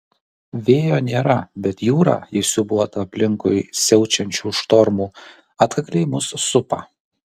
vėjo nėra bet jūra įsiūbuota aplinkui siaučiančių štormų atkakliai mus supa